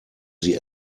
sie